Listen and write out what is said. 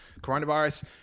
coronavirus